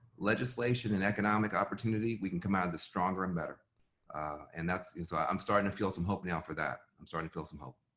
legislation, and economic opportunity, we can come out of this stronger and better and that's, ah i'm starting to feel some hope now for that, i'm starting to feel some hope.